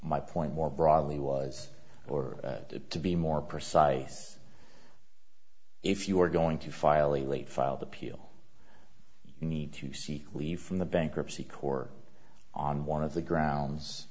my point more broadly was or to be more precise if you are going to file a late filed appeal you need to seek relief from the bankruptcy court on one of the grounds